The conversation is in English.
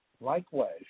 Likewise